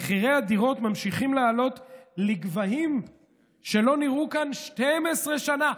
"מחירי הדירות ממשיכים לעלות לגבהים שלא נראו כאן 12 שנה".